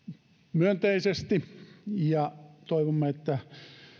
myönteisesti ja toivomme että